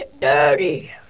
dirty